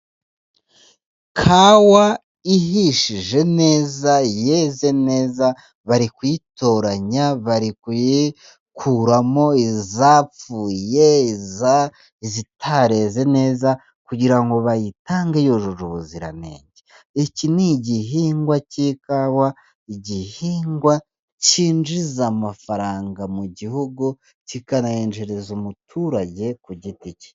Kawa ihishije neza, yeze neza, bari kuyitoranya, bari kuyikuramo izapfuye, izitareze neza, kugira ngo bayitange yujuje ubuziranenge. Iki ni igihingwa cy'ikawa, igihingwa cyinjiza amafaranga mu gihugu, kikanayinjiriza umuturage ku giti cye.